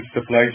supply